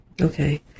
Okay